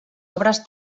obres